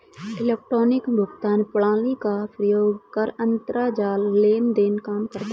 electronic भुगतान प्रणाली का प्रयोग कर अंतरजाल लेन देन काम करता है